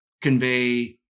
convey